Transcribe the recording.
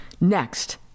Next